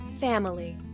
family